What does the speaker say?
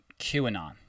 QAnon